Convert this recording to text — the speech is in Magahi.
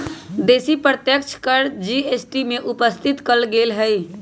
बेशी अप्रत्यक्ष कर के जी.एस.टी में उपस्थित क लेल गेलइ ह्